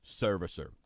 servicer